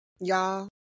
Y'all